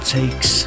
takes